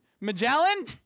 Magellan